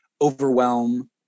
overwhelm